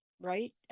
right